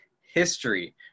history